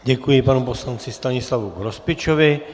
Děkuji, panu poslanci Stanislavu Grospičovi.